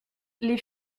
les